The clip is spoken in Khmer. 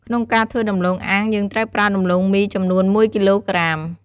ក្នុងការធ្វើដំទ្បូងអាំង យើងត្រូវប្រើដំឡូងមី ចំនួន១គីឡូក្រាម។